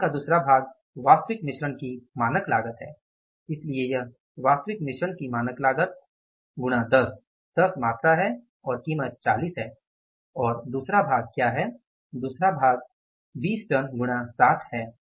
सूत्र का दूसरा भाग वास्तविक मिश्रण की मानक लागत है इसलिए यह वास्तविक मिश्रण की मानक लागत गुणा 10 10 मात्रा है और कीमत 40 है और दूसरा भाग क्या है दूसरा भाग 20 टन गुणा 60 है